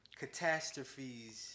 catastrophes